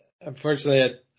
Unfortunately